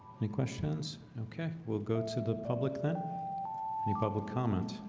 any questions? okay. we'll go to the public then any public comment